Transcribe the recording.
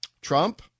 Trump